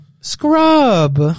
scrub